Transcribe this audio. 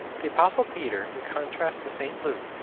the apostle peter, in contrast to st. luke,